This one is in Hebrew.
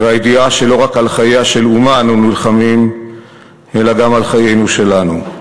והידיעה שלא רק על חייה של אומה אנו נלחמים אלא גם על חיינו שלנו.